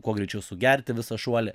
kuo greičiau sugerti visą šuolį